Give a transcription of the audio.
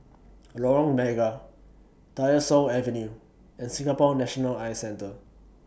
Lorong Mega Tyersall Avenue and Singapore National Eye Centre